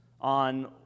on